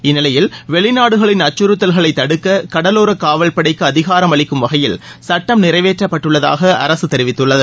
இந்நிலையில் வெளிநாடுகளின் அச்சுறுத்தல்களை தடுக்க கடலோர காவல்படைக்கு அதிகாரம் அளிக்கும் வகையில் சட்டம் நிறைவேற்றப்பட்டுள்ளதாக அரசு தெரிவித்துள்ளது